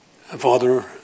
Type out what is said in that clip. Father